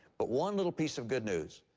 but one little piece of good news,